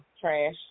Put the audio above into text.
Trash